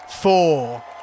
four